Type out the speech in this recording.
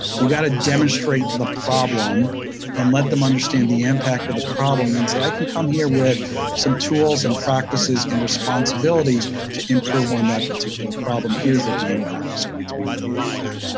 you've got to demonstrate the problem and let them understand the impact of the problem and say, i can come here with some tools, and practices, and responsibilities to improve on that particular problem. here's what the impact is going to be when we do that.